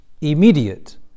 immediate